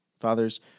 Fathers